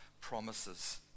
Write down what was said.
promises